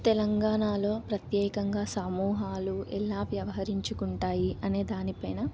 తెలంగాణలో ప్రత్యేకంగా సమూహాలు ఎలా వ్యవహరించుకుంటాయి అనే దానిపైన